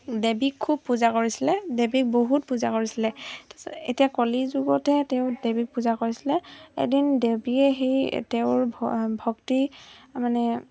দেৱীক খুব পূজা কৰিছিলে দেৱীক বহুত পূজা কৰিছিলে তাৰপিছত এতিয়া কলিৰ যুগতহে তেওঁ দেৱীক পূজা কৰিছিলে এদিন দেৱীয়ে সেই তেওঁৰ ভ ভক্তি মানে